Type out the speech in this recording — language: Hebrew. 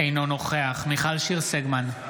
אינו נוכח מיכל שיר סגמן,